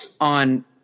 on –